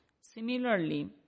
similarly